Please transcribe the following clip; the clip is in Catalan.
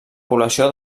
població